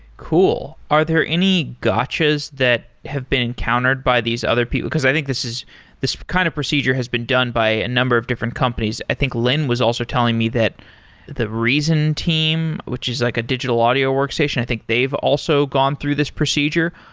cool. are there any gotchas that have been encountered by these other people because i think this kind of kind of procedure has been done by a number of different companies. i think lin was also telling me that the reason team, which is like a digital audio workstation, i think they've also gone through this procedure.